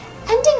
Ending